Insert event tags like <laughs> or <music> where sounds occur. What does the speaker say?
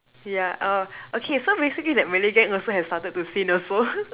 yeah oh okay so basically that Malay gang also has started to sin also <laughs>